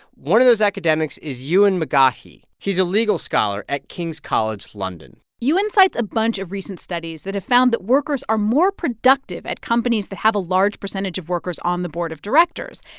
one of those academics is ewan mcgaughey. he's a legal scholar at king's college london ewan cites a bunch of recent studies that have found that workers are more productive at companies that have a large percentage of workers on the board of directors.